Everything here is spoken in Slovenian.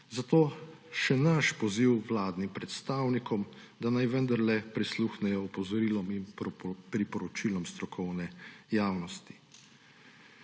zato še naš poziv vladnim predstavnikom, da naj vendarle prisluhnejo opozorilom in priporočilom strokovne javnosti.